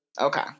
okay